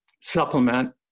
supplement